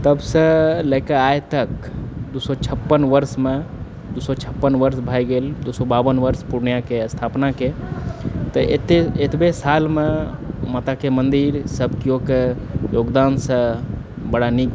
तबसँ लऽ कऽ आइतक दू सौ छप्पन वर्षमे दू सओ छप्पन वर्ष भऽ गेल दू सओ बावन वर्ष पूर्णियाके स्थापनाके तऽ एतबे सालमे माताके मन्दिर सब किओके योगदानसँ बड़ा नीक